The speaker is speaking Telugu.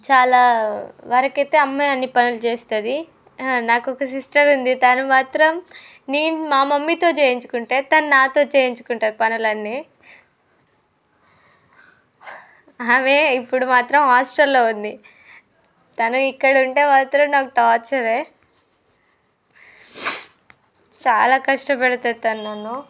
చాలా వరకు అయితే అమ్మే అన్ని పనులు చేస్తుంది నాకు ఒక సిస్టర్ ఉంది తను మాత్రం నేను మా మమ్మీతో చేయించుకుంటే తను నాతో చేయించుకుంటుంది పనులన్నీ ఆమె ఇప్పుడు మాత్రం హాస్టల్లో ఉంది తను ఇక్కడ ఉంటే మాత్రం నాకు టార్చరే చాలా కష్టపెడుతుంది తను నన్ను